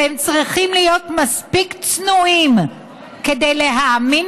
והם צריכים להיות מספיק צנועים להאמין